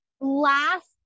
last